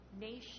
nation